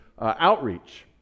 outreach